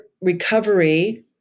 recovery